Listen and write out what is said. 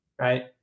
right